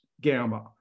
gamma